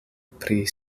pri